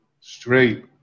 straight